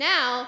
Now